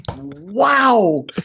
Wow